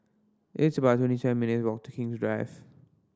it's about twenty seven minutes' walk to King's Drive